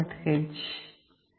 H include mbed